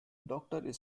doctor